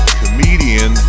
comedian